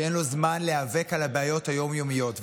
שאין לו זמן להיאבק על הבעיות היום-יומיות.